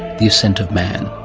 the ascent of man.